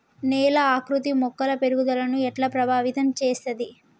నేల ఆకృతి మొక్కల పెరుగుదలను ఎట్లా ప్రభావితం చేస్తది?